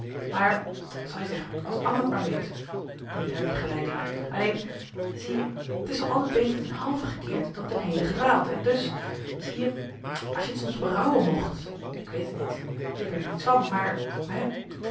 maar zal je zeggen als anna t maar weet nu daar heb je gelijk in alleen zie je t is toch altijd beter ten halve gekeerd dan ten heele gedwaald en dus zie je als t je soms berouwen mocht ik weet t niet ik weet er niets van maar hè